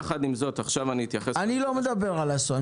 אני לא מדבר על אסון.